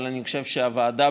אבל אני חושב שהוועדה,